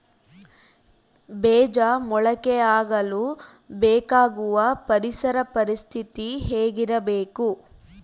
ಬೇಜ ಮೊಳಕೆಯಾಗಲು ಬೇಕಾಗುವ ಪರಿಸರ ಪರಿಸ್ಥಿತಿ ಹೇಗಿರಬೇಕು?